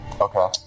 okay